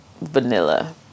Vanilla